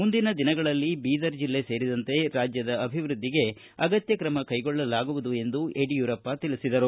ಮುಂದಿನ ದಿನಗಳಲ್ಲಿ ಬೀದರ್ ಜಲ್ಲೆ ಸೇರಿದಂತೆ ರಾಜ್ಯದ ಅಭಿವೃದ್ಧಿಗೆ ಕ್ರಮ ಕೈಗೊಳ್ಳಲಾಗುವುದು ಎಂದು ಯಡಿಯೂರಪ್ಪ ಹೇಳಿದರು